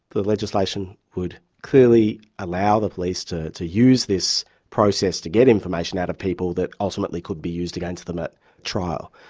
the legislation would clearly allow the police to to use this process to get information out of people that ultimately could be used against them at trial.